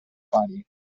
parete